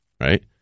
right